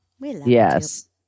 Yes